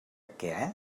què